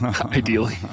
ideally